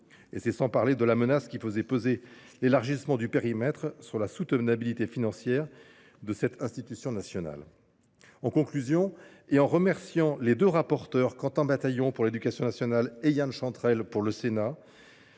parlons même pas de la menace que faisait peser l’élargissement de son périmètre sur la soutenabilité financière de cette institution nationale. En conclusion, et en remerciant les rapporteurs Quentin Bataillon à l’Assemblée nationale et Yan Chantrel au Sénat,